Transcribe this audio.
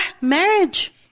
marriage